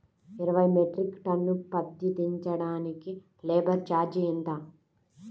ఇరవై metric ton పత్తి దించటానికి లేబర్ ఛార్జీ ఎంత?